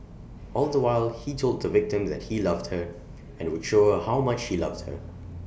all the while he told the victim that he loved her and would show her how much he loved her